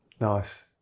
Nice